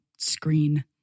Screen